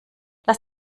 lass